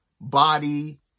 body